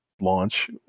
Launch